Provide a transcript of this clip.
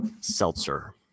seltzer